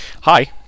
Hi